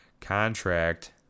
contract